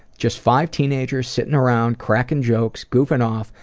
just five teenagers sitting around cracking jokes, goofing off,